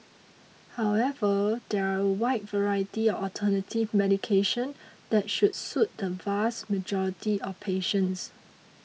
however there are a wide variety of alternative medication that should suit the vast majority of patients